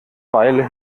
weile